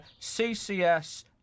CCS